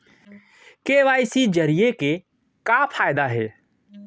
KYC जरिए के का फायदा हे?